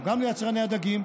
או גם ליצרני הדגים,